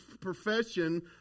profession